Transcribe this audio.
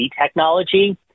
technology